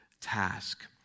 task